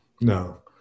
no